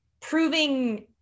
proving